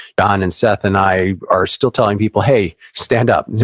john and seth and i, are still telling people, hey, stand up,